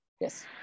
Yes